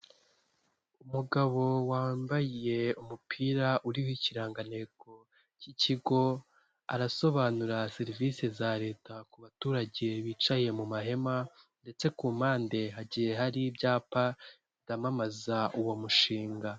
Umugabo wambaye umupira uriho ikirangantego cy'ikigo arasobanurira serivisi za leta ku baturage bicaye mu mahema ndetse ku mpande hagiye hari ibyapa byamamaza uwo mushinga.